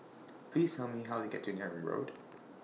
Please Tell Me How to get to Neram Road